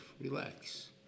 relax